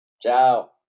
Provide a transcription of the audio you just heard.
Ciao